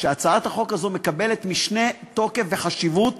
שהצעת החוק הזאת מקבלת משנה תוקף וחשיבות